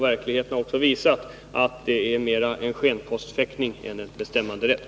Verkligheten har också visat att det mera är fråga om en skenpostfäktning än om medbestämmanderätt.